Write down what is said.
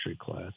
class